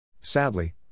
Sadly